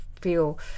feel